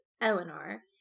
Eleanor